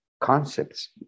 concepts